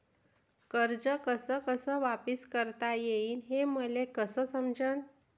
कर्ज कस कस वापिस करता येईन, हे मले कस समजनं?